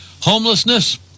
homelessness